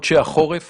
חודשי החורף